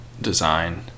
design